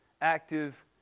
active